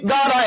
God